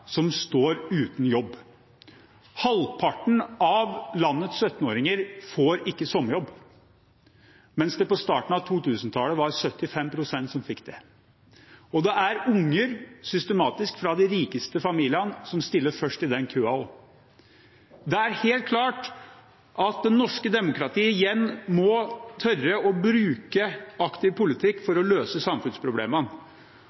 som står uten jobb. Halvparten av landets 17-åringer får ikke sommerjobb, mens det i starten av 2000-tallet var 75 pst. som fikk det, og det er systematisk barn fra de rikeste familiene som stiller først i den køen også. Det er helt klart at det norske demokratiet igjen må tørre å bruke aktiv politikk